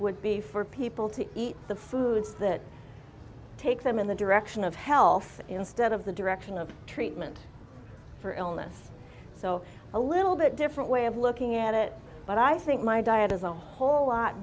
would be for people to eat the foods that take them in the direction of health instead of the direction of treatment for illness so a little bit different way of looking at it but i think my diet is a whole lot